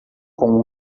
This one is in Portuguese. com